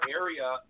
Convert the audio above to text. area